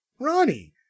Ronnie